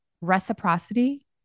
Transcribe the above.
reciprocity